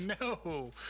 No